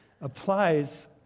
applies